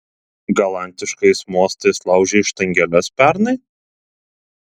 galantiškais mostais laužei štangeles pernai